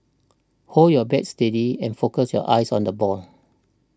hold your bat steady and focus your eyes on the ball